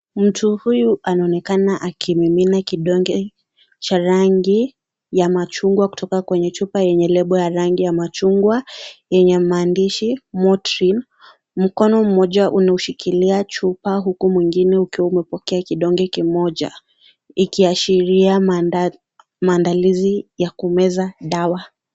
Mtu huyu anaonekana akimimina kidonge cha rangi ya machungwa kutoka kwenye chupa yenye lebo ya rangi ya machungwa, yenye maandishi Motrin. Mkono mmoja unashikilia chupa huku mwingine ukiwa umepokea kidonge kimoja, ikiashiria maandalizi ya kumeza dawa.